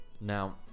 now